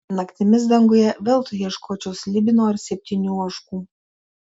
naktimis danguje veltui ieškočiau slibino ar septynių ožkų